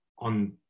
on